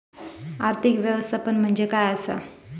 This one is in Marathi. आर्थिक व्यवस्थापन म्हणजे काय असा?